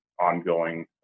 ongoing